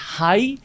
high